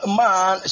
man